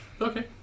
Okay